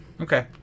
Okay